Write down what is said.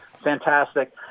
Fantastic